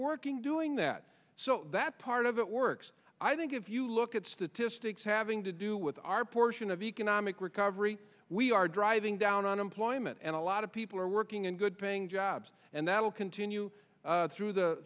working doing that so that part of it works i think if you look at statistics having to do with our portion of economic recovery we are driving down unemployment and a lot of people are working in good paying jobs and that will continue through the